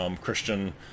Christian